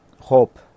hope